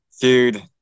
dude